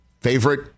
favorite